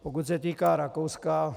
Pokud se týká Rakouska.